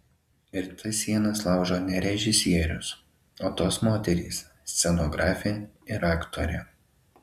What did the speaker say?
ir tas sienas laužo ne režisierius o tos moterys scenografė ir aktorė